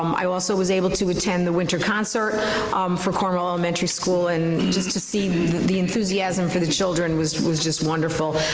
um i also was able to attend the winter concert for cornwall elementary school and just to see the enthusiasm for the children was was just wonderful.